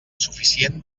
suficient